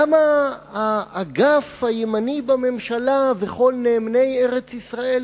למה האגף הימני בממשלה וכל נאמני ארץ-ישראל